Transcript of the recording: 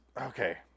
okay